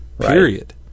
period